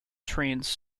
trains